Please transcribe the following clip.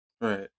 Right